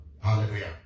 Hallelujah